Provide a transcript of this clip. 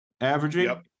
averaging